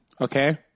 Okay